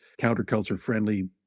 counterculture-friendly